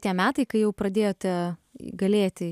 tie metai kai jau pradėjote galėti